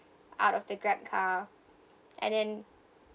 out of the Grab car and then